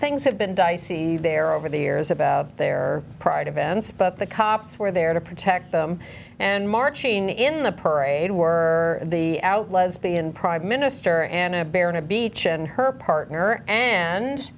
things had been dicey there over the years about their pride events but the cops were there to protect them and marching in the per raid were the out lesbian prime minister and a baron a beach and her partner and